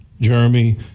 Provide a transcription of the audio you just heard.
Jeremy